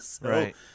Right